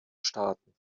staaten